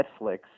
netflix